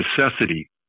necessity